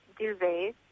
duvets